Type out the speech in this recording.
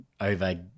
over